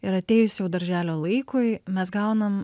ir atėjus jau darželio laikui mes gaunam